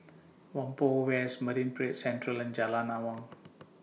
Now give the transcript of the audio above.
Whampoa West Marine Parade Central and Jalan Awang